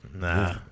Nah